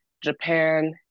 Japan